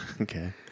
Okay